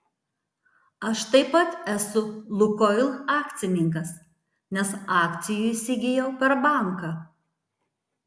aš taip pat esu lukoil akcininkas nes akcijų įsigijau per banką